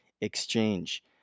exchange